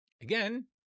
Again